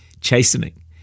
chastening